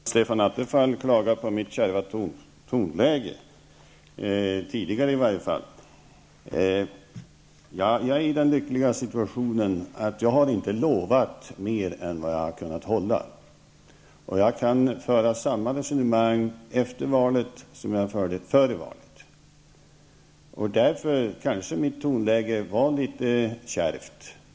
Fru talman! Stefan Attefall klagade på mitt kärva tonläge -- åtminstone mitt tidigare kärva tonläge. Jag är i den lyckliga situationen att jag inte har lovat mer än vad jag har kunnat hålla. Jag kan föra samma resonemang efter valet som jag förde före valet. Därför var kanske mitt tonläge något kärvt.